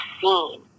scene